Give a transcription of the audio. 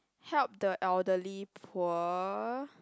help the elderly poor